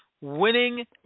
winning